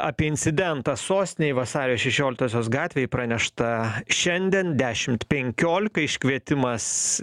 apie incidentą sostinėj vasario šešioliktosios gatvėj pranešta šiandien dešimt penkiolika iškvietimas